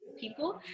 people